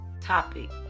topic